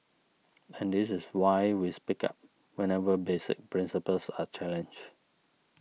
and this is why we speak up whenever basic principles are challenged